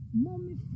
Mommy